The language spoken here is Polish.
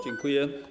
Dziękuję.